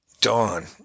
dawn